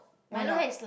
why not